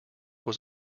was